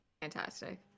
fantastic